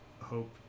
hope